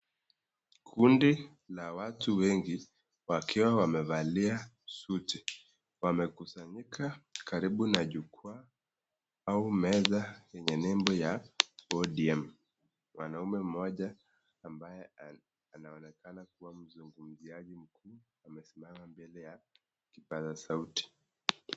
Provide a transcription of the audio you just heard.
Kundi la watu wengi wakiwa wamevalia suti. Wamekusanyika karibu na jukwaa au meza yenye nembo ya ODM. Mwanaume moja ambaye anaonekana kuwa mzungumzaji mkuu amesimama mbele ya kipasa sauti.